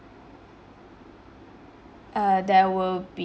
err there will b~